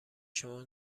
شما